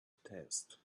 test